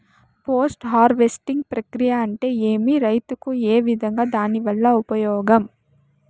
Post harvesting ప్రక్రియ అంటే ఏమి? రైతుకు ఏ విధంగా దాని వల్ల ఉపయోగం?